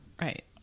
Right